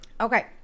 Okay